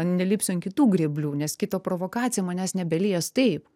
nelipsiu ant kitų grėblių nes kito provokacija manęs nebelies taip